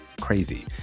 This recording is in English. crazy